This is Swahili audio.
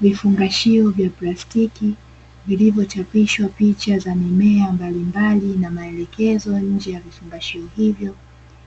Vifungashio vya plastiki vilivyochapishwa picha za mimea mbalimbali na maelekezo nje ya vifungashio hivyo,